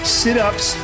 sit-ups